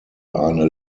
eine